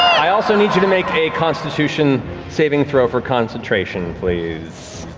i also need you to make a constitution saving throw for concentration, please.